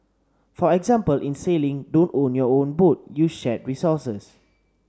for example in sailing don't own your own boat use shared resources